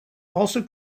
also